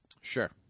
Sure